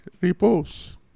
repose